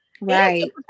Right